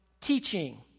teaching